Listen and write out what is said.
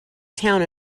town